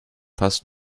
passt